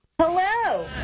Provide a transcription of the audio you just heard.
Hello